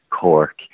Cork